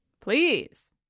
Please